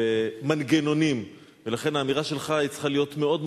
בבקשה, אדוני, הצעה אחרת.